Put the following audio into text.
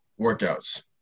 workouts